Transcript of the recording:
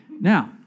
Now